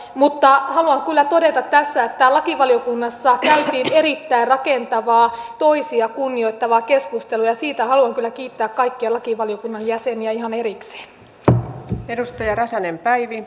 haluan kyllä todeta tässä että lakivaliokunnassa käytiin erittäin rakentavaa toisia kunnioittavaa keskustelua ja siitä haluan kyllä kiittää kaikkia lakivaliokunnan jäseniä ihan erikseen